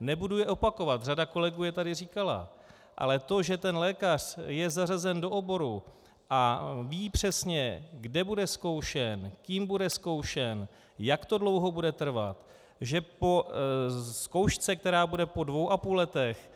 Nebudu je opakovat, řada kolegů je tady říkala, ale to, že lékař je zařazen do oboru a ví přesně, kde bude zkoušen, kým bude zkoušen, jak to dlouho bude trvat, že po zkoušce, která bude po 2,5 letech,